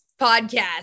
podcast